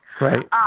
Right